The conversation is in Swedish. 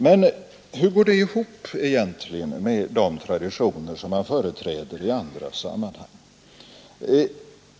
Men hur går det ihop egentligen med de traditioner som man företräder i andra sammanhang?